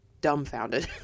dumbfounded